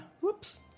Whoops